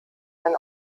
ein